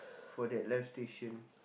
for that live station